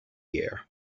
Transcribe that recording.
year